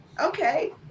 Okay